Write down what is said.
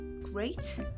great